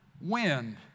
wind